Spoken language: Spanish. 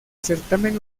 certamen